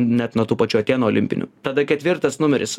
net nuo tų pačių atėnų olimpinių tada ketvirtas numeris